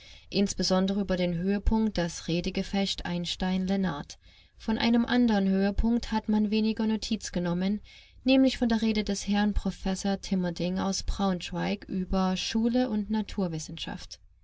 insbesondere über den höhepunkt das redegefecht einstein-lenard von einem andern höhepunkt hat man weniger notiz genommen nämlich von der rede des herrn professor timerding aus braunschweig über schule und naturwissenschaft